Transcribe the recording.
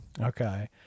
Okay